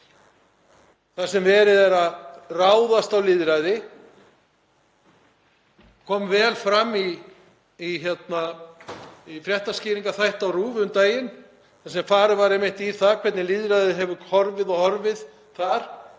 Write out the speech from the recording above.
þar sem verið er að ráðast á lýðræðið. Það kom vel fram í fréttaskýringarþætti á RÚV um daginn þar sem farið var einmitt yfir hvernig lýðræðið hefur horfið þar